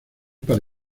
para